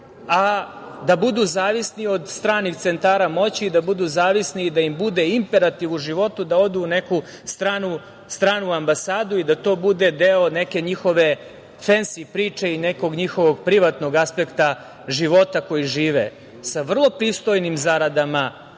a da budu zavisni od stranih centara moći i da budu zavisni i da im bude imperativ u životu da odu u neku stranu ambasadu i da to bude deo neke njihove fensi priče i nekog njihovog privatnog aspekta života koji žive sa vrlo pristojnim zaradama.